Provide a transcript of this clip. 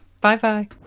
Bye-bye